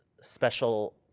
special